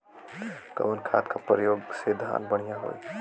कवन खाद के पयोग से धान बढ़िया होई?